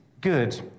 good